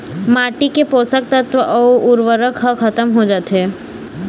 माटी के पोसक तत्व अउ उरवरक ह खतम हो जाथे